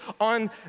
on